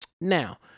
now